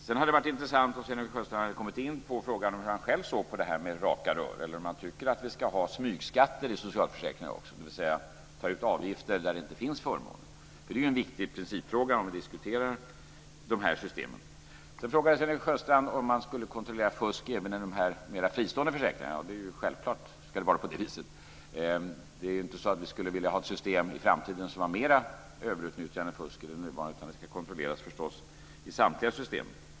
Det hade varit intressant om Sven-Erik Sjöstrand hade kommit in på frågan om hur han själv ser på det här med raka rör, eller om han tycker att vi ska ha smygskatter i socialförsäkringarna också, dvs. ta ut avgifter där det inte finns förmåner. Det är ju en viktig principfråga när vi diskuterar de här systemen. Sven-Erik Sjöstrand frågade om man skulle kontrollera fusk även i de mera fristående försäkringarna. Det är självklart att det ska vara så. Vi skulle inte vilja ha ett system i framtiden som gav mera överutnyttjande och fusk än i det nuvarande systemet. Det ska förstås kontrolleras i samtliga system.